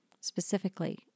specifically